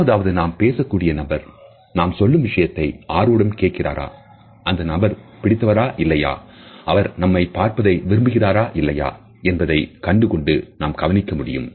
எப்போதாவது நாம் பேசக்கூடிய நபர் நாம் சொல்லும் விஷயத்தை ஆர்வமுடன் கேட்கிறாரா அந்த நபர் பிடித்தவரா இல்லையா அவர் நம்மை பார்ப்பதை விரும்புகிறாரா இல்லையா என்பதை கண்கொண்டு நாம் கவனிக்க முடியும்